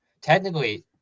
Technically